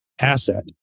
asset